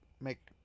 make